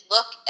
Look